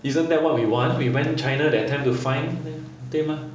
isn't that what we want we went china that time to find 对吗